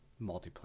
multiplayer